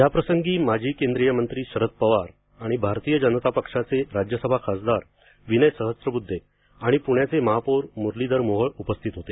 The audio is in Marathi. या प्रसंगी माजी केंद्रीय मंत्री शरद पवार आणि भारतीय जनता पक्षाचे राज्यसभा खासदार विनय सहस्त्रबुद्धे आणि पुण्याचे महापौर मुरलीधर मोहोळ उपस्थित होते